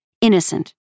innocent